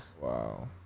wow